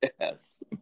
Yes